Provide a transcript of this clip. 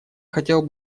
хотел